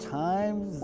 times